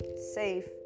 safe